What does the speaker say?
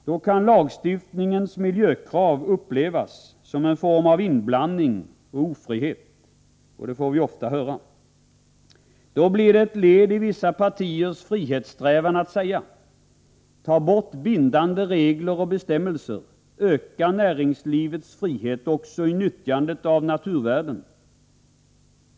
Då kan lagstiftningens miljökrav upplevas som en form av inblandning och ofrihet, och det får vi ofta höra. Då blir det ett led i vissa partiers frihetssträvan att säga: Ta bort bindande regler och bestämmelser, öka näringslivets frihet också i nyttjandet av naturvärden.